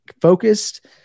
focused